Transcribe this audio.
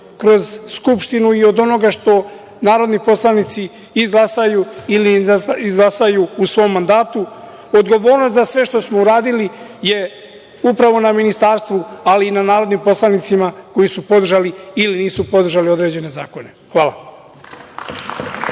kroz Skupštinu i od onoga što narodni poslanici izglasaju ili izglasaju u svom mandatu. Odgovornost za sve što smo uradili je, upravo na Ministarstvu, ali i na narodnim poslanicima, koji su podržali ili nisu podržali određene zakone. Hvala.